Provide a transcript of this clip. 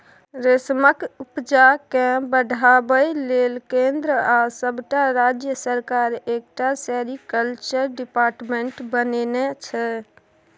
रेशमक उपजा केँ बढ़ाबै लेल केंद्र आ सबटा राज्य सरकार एकटा सेरीकल्चर डिपार्टमेंट बनेने छै